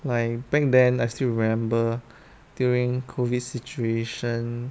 like back then I still remember during COVID situation